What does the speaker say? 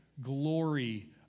glory